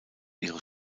ihres